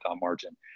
margin